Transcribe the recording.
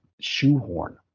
shoehorn